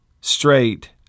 straight –